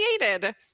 created